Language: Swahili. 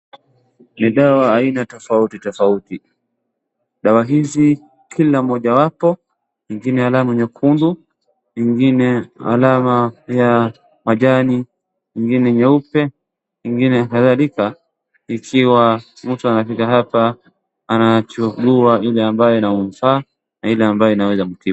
Ni dawa aina tofauti tofauti, dawa hizi kila mojawapo, ingine alama nyekundu, ingine alama ya majani, ingine nyeupe, ingine kadhalika, ikiwa mtu anapaita hapa anachukua ile ambayo inamfaa na ile ambayo inaweza mtibu.